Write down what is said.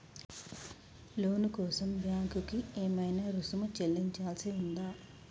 లోను కోసం బ్యాంక్ కి ఏమైనా రుసుము చెల్లించాల్సి ఉందా?